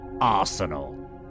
Arsenal